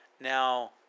Now